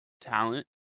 talent